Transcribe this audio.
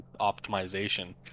optimization